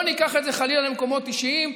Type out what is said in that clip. לא ניקח את זה חלילה למקומות אישיים,